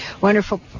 wonderful